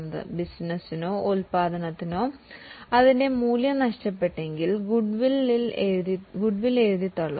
ആ പ്രത്യേക ബിസിനസ്സിനോ ഉൽപ്പന്നത്തിനോ അതിന്റെ മൂല്യം നഷ്ടപ്പെട്ടെങ്കിൽ ഗുഡ്വിൽ എഴുതിത്തള്ളും